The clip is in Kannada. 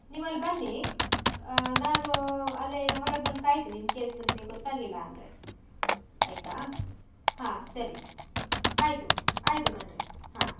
ನೀವು ಅಲ್ಲಿ ಬನ್ನಿ ನಾನು ಅಲ್ಲೇ ಹೊರಗೆ ಬಂದು ಕಾಯ್ತೀನಿ ಇನ್ ಕೇಸ್ ನಿಮಿಗೆ ಗೊತ್ತಾಗಿಲ್ಲ ಅಂದರೆ ಆಯಿತಾ ಹಾಂ ಸರಿ ಆಯಿತು ಆಯಿತು ಕಣ್ರೀ ಹಾಂ